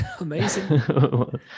Amazing